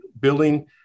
building